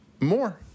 more